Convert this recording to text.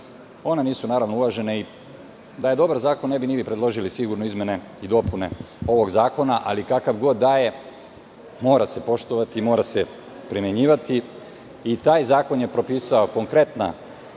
One nisu uvažene. Da je dobar zakon, ne bi ni vi predložili izmene i dopune ovog zakona. Ali, kakav god da je, mora se poštovati i mora se primenjivati. Taj zakon je propisao konkretna